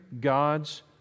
God's